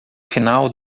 final